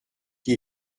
qui